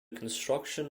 construction